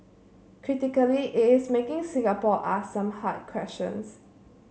critically it is making Singapore ask some hard questions